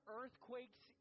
earthquakes